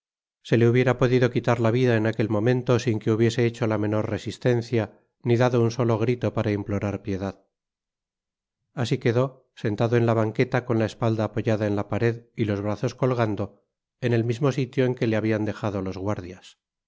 se le hubiera podido quitar la vida en aquel momento sin que hubiese hecho la menor resistencia ni dado un solo grito para implorar piedad así quedó sentado en la banqueta con la espalda apoyada en la pared y los brazos colgando en el mismo sitio en que le habian dejado los guardias